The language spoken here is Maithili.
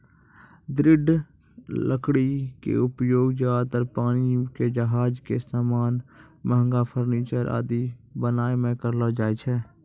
दृढ़ लकड़ी के उपयोग ज्यादातर पानी के जहाज के सामान, महंगा फर्नीचर आदि बनाय मॅ करलो जाय छै